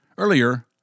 Earlier